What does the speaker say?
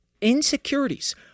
Insecurities